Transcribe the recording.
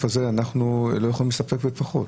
הזה אנחנו לא יכולים להסתפק בפחות?